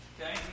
Okay